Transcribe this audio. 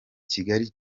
kigali